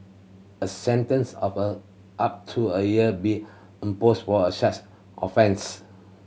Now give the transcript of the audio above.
a sentence of a up to a year be imposed for a such offence